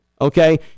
okay